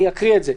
אקריא את זה.